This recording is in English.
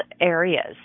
areas